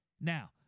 Now